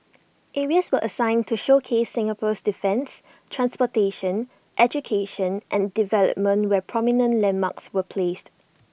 areas were assigned to showcase Singapore's defence transportation education and development where prominent landmarks were placed